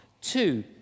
Two